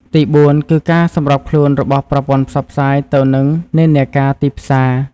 ទីបួនគឺការសម្របខ្លួនរបស់ប្រព័ន្ធផ្សព្វផ្សាយទៅនឹងនិន្នាការទីផ្សារ។